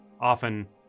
Often